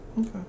Okay